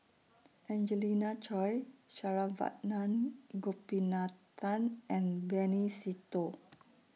Angelina Choy Saravanan Gopinathan and Benny Se Teo